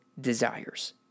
desires